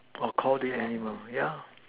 or Call the animal ya